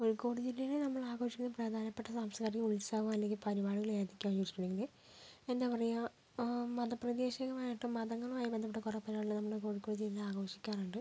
കോഴിക്കോട് ജില്ലയിലെ നമ്മൾ ആഘോഷിക്കുന്ന പ്രധാനപ്പെട്ട സാംസ്കാരിക ഉത്സവം അല്ലെങ്കിൽ പരിപാടികൾ ഏതൊക്കെയാണെന്ന് ചോദിച്ചിട്ടുണ്ടെങ്കിൽ എന്താ പറയുക മതപ്രതീക്ഷകമായിട്ടും മതങ്ങളുമായി ബന്ധപ്പെട്ട കു റേ പരിപാടികൾ നമ്മൾ കോഴിക്കോട് ജില്ല ആഘോഷിക്കാറുണ്ട്